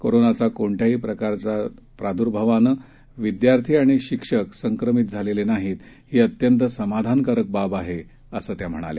कोरोनाचाकोणत्याहीप्रकारच्याप्रार्द्भावानंविद्यार्थीआणिशिक्षकसंक्रमितझालेलेनाहीत हीअत्यंतसमाधानकारकबाबआहे असंत्याम्हणाल्या